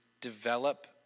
develop